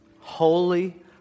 holy